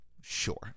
Sure